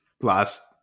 last